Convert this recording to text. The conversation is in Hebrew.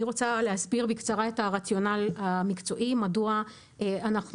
להזכיר את הרציונל המקצועי מדוע אנחנו